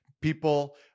people